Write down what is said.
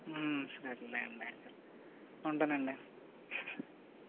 సర్లే అండి ఉంటాను అండి